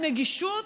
נגישות,